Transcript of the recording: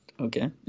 okay